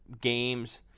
games